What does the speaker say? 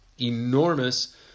enormous